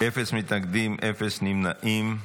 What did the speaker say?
אין מתנגדים, אין נמנעים.